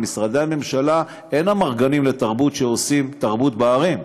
למשרדי הממשלה אין אמרגנים לתרבות שעושים תרבות בערים.